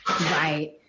right